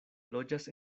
loĝas